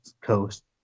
coast